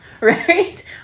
right